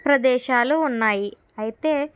ప్రదేశాలు ఉన్నాయి అయితే